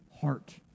heart